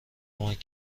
کمک